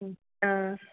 ಹ್ಞೂ ಹಾಂ